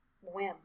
whim